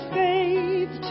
faith